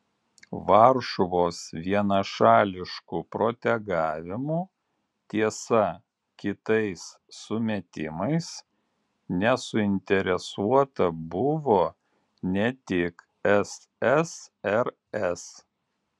varšuvos vienašališku protegavimu tiesa kitais sumetimais nesuinteresuota buvo ne tik ssrs